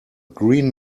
green